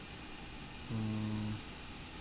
hmm